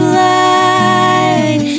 light